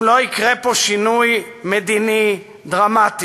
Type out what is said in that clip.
אם לא יקרה פה שינוי מדיני דרמטי,